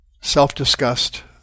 self-disgust